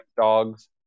Dogs